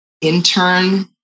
intern